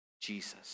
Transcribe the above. Jesus